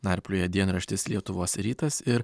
narplioja dienraštis lietuvos rytas ir